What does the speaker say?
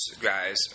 guys